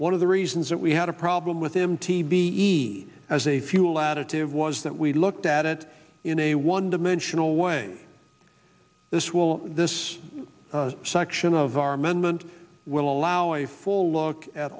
one of the reasons that we had a problem with m t b e as a fuel additive was that we looked at it in a one dimensional way this will this section of our amendment will allow a full look at